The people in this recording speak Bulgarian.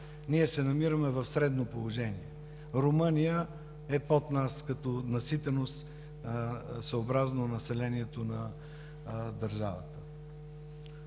Ние се намираме в средно положение. Румъния е под нас като наситеност съобразно населението на държавата.